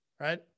right